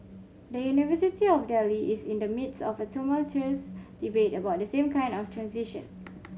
the University of Delhi is in the midst of a tumultuous debate about the same kind of transition